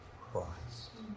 Christ